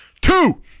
Two